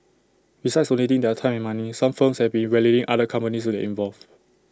besides donating their time and money some firms have been rallying other companies to get involved